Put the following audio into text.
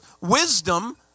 wisdom